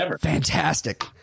Fantastic